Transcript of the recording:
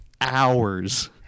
hours